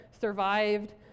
survived